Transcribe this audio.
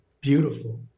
beautiful